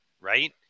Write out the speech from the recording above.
Right